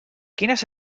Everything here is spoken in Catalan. quines